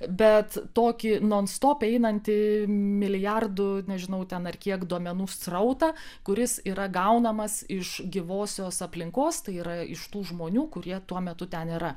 bet tokį nonstop einantį milijardų nežinau ten ar kiek duomenų srautą kuris yra gaunamas iš gyvosios aplinkos tai yra iš tų žmonių kurie tuo metu ten yra